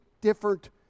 different